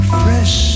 fresh